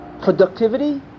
productivity